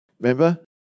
remember